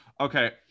Okay